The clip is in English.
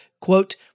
quote